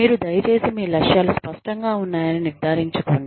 మీరు దయచేసి మీ లక్ష్యాలు స్పష్టంగా ఉన్నాయని నిర్ధారించుకోండి